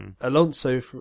Alonso